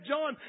John